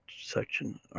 section